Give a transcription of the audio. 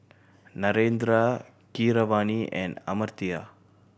Narendra Keeravani and Amartya